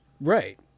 Right